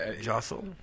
jostle